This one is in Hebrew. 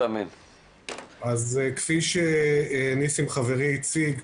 כפי שניסים חברי הציג,